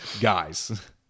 guys